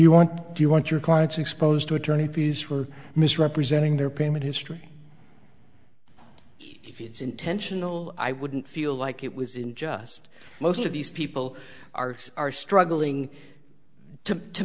you want do you want your clients exposed to attorney fees were misrepresenting their payment history if it's intentional i wouldn't feel like it was in just most of these people are are struggling to